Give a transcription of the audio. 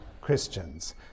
Christians